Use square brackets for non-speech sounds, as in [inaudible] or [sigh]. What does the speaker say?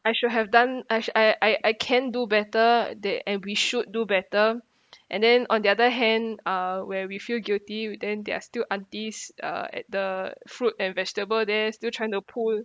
I should have done I should h~ I I I can do better they and we should do better [breath] and then on the other hand uh where we feel guilty then there are still aunties uh at the fruit and vegetable they're still trying to pull